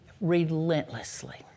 relentlessly